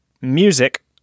Music